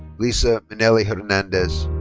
lisa minelly hernandez.